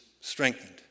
strengthened